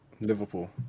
Liverpool